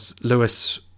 Lewis